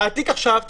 תעתיק עכשיו,